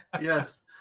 Yes